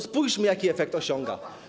Spójrzmy, jakie efekty osiąga.